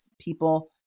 people